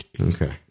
Okay